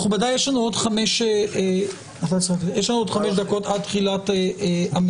מכובדיי, יש לנו עוד חמש 5 דקות עד תחילת המליאה,